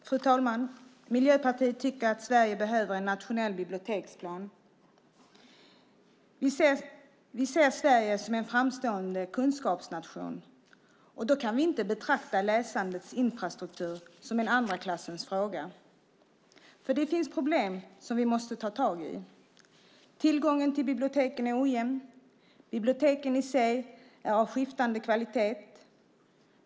Fru talman! Miljöpartiet tycker att Sverige behöver en nationell biblioteksplan. Vi ser Sverige som en framstående kunskapsnation. Då kan vi inte betrakta läsandets infrastruktur som en andra klassens fråga. Det finns problem som vi måste ta tag i. Tillgången till biblioteken är ojämn. Biblioteken i sig är av skiftande kvalitet.